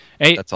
Hey